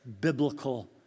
biblical